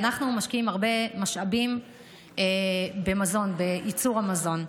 אנחנו משקיעים הרבה משאבים במזון, בייצור המזון.